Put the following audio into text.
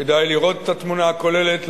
כדאי לראות את התמונה הכוללת,